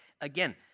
Again